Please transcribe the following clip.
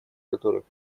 которых